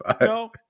No